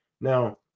Now